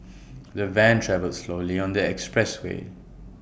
the van travelled slowly on the expressway